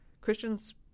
christian's